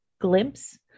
glimpse